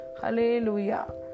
Hallelujah